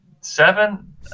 Seven